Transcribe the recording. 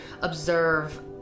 observe